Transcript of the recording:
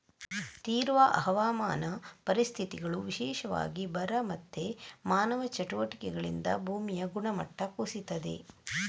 ತೀವ್ರ ಹವಾಮಾನ ಪರಿಸ್ಥಿತಿಗಳು, ವಿಶೇಷವಾಗಿ ಬರ ಮತ್ತೆ ಮಾನವ ಚಟುವಟಿಕೆಗಳಿಂದ ಭೂಮಿಯ ಗುಣಮಟ್ಟ ಕುಸೀತದೆ